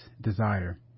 desire